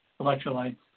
electrolytes